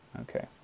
Okay